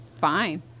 Fine